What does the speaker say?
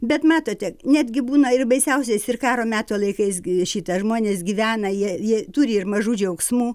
bet matote netgi būna ir baisiausiais ir karo meto laikais gi šita žmonės gyvena jie jie turi ir mažų džiaugsmų